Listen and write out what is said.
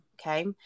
okay